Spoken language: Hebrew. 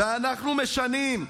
ואנחנו משנים.